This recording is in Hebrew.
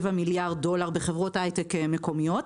מיליארד דולר בחברות הייטק מקומיות,